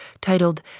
titled